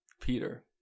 Peter